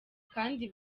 kandi